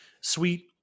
Sweet